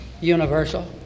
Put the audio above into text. universal